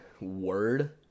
word